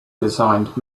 designed